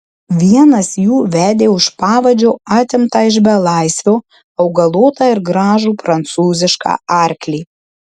vienas jų vedė už pavadžio atimtą iš belaisvio augalotą ir gražų prancūzišką arklį